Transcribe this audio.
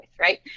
right